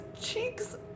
cheeks